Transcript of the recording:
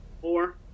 Four